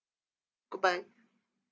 good bye